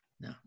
no